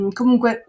comunque